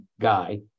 guy